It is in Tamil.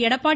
எடப்பாடி